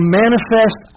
manifest